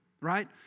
right